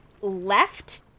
left